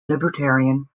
libertarian